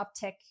uptick